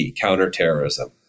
counterterrorism